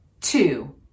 Two